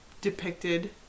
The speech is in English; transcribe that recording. depicted